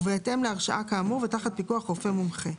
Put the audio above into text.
ובהתאם להרשאה כאמור ותחת פיקוח רופא מומחה.